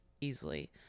easily